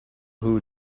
who